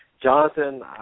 Jonathan